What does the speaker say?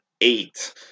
eight